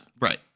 Right